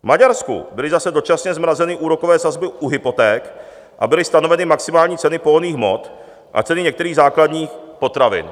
V Maďarsku byly zase dočasně zmrazeny úrokové sazby u hypoték a byly stanoveny maximální ceny pohonných hmot a ceny některých základních potravin.